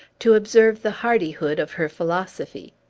to observe the hardihood of her philosophy.